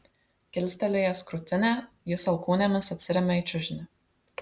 kilstelėjęs krūtinę jis alkūnėmis atsiremia į čiužinį